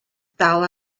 dal